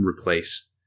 replace